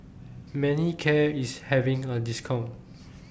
Manicare IS having A discount